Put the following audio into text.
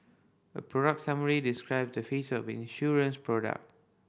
a product summary describe the feature of an insurance product